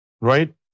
right